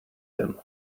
him